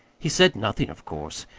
he said nothing, of course.